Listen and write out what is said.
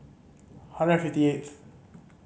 hundred fifty eighth